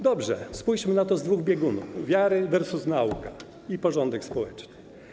Dobrze, spójrzmy na to z dwóch biegunów: wiara versus nauka i porządek społeczny.